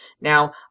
Now